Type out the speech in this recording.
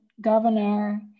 governor